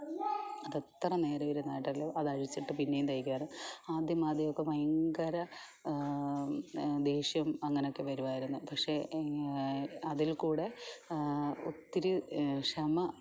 അതെത്ര നേരം ഇരുന്നായാലും അതഴിച്ചിട്ട് പിന്നെയും തയ്ക്കുമായിരുന്നു ആദ്യമാദ്യമക്കെ ഭയങ്കര ദേഷ്യം അങ്ങനൊക്കെ വരുമായിരുന്നു പക്ഷേ അതിൽക്കൂടെ ഒത്തിരി ക്ഷമ